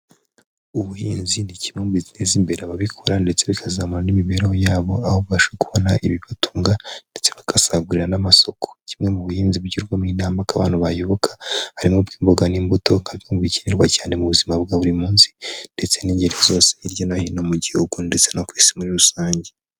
Ubuhinzi n'ikimwe mubiteza imbere ababikora ndetse bikazamura n'imibereho yabo, aho babasha kubona ibibatunga ndetse bagasagurira n'amasoko, kimwe mu buhinzi bagirwamo inama ko abantu bayoboka harimo, imboga n'imbuto kandi bikenerwa cyane mu buzima bwa buri munsi, ndetse n'ingeri zose hirya no hino mu gihugu ndetse no ku isi muri rusange.